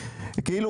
כאילו,